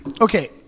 okay